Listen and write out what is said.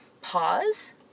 pause